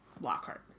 Lockhart